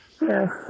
Yes